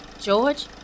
George